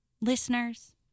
listeners